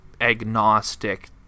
agnostic